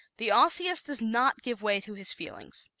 the osseous does not give way to his feelings.